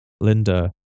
Linda